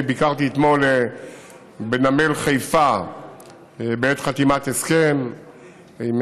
אתמול ביקרתי בנמל חיפה בעת חתימת הסכם עם